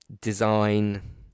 design